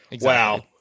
wow